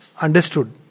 understood